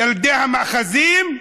ילדי המאחזים: